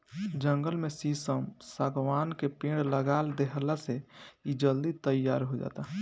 जंगल में शीशम, शागवान के पेड़ लगा देहला से इ जल्दी तईयार हो जाता